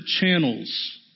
channels